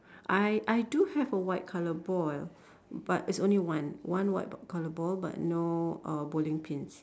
I I do have a white color ball but it's only one one white color ball but no uh bowling Pins